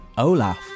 Olaf